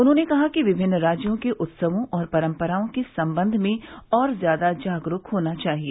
उन्होंने कहा कि विभिन्न राज्यों के उत्सवों और परम्पराओं के संबंध में और ज्यादा जागरूक होना चाहिए